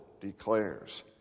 declares